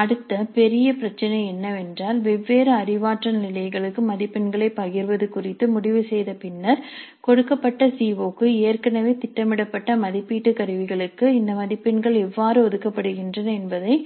அடுத்த பெரிய பிரச்சினை என்னவென்றால் வெவ்வேறு அறிவாற்றல் நிலைகளுக்கு மதிப்பெண்களைப் பகிர்வது குறித்து முடிவு செய்த பின்னர் கொடுக்கப்பட்ட சிஓ க்கு ஏற்கனவே திட்டமிடப்பட்ட மதிப்பீட்டு கருவிகளுக்கு இந்த மதிப்பெண்கள் எவ்வாறு ஒதுக்கப்படுகின்றன என்பதை